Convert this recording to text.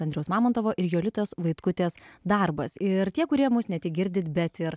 andriaus mamontovo ir jolitos vaitkutės darbas ir tie kurie mus ne tik girdit bet ir